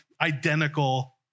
identical